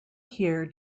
hear